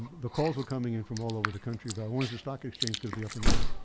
the calls were coming in from all over the country about when is the stock exchange gonna be up and running?